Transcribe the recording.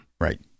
right